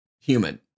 human